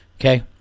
Okay